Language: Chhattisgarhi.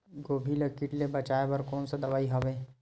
गोभी ल कीट ले बचाय बर कोन सा दवाई हवे?